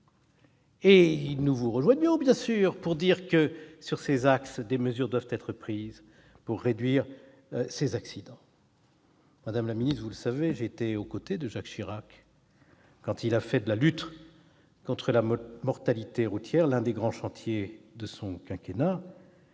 Nous vous rejoignons, bien sûr, pour dire que, sur ces axes, des mesures doivent être prises pour réduire ces accidents. Madame la ministre, vous le savez, j'étais aux côtés de Jacques Chirac quand il a fait de la lutte contre la mortalité routière l'un des grands chantiers de son quinquennat.